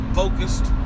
focused